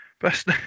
best